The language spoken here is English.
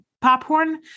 popcorn